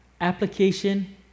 Application